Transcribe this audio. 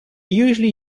usually